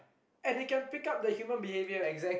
and they can pick up the human behavior